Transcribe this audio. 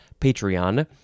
patreon